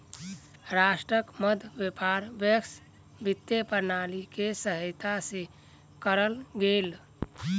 राष्ट्रक मध्य व्यापार वैश्विक वित्तीय प्रणाली के सहायता से कयल गेल